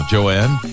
Joanne